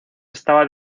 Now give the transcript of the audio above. estaba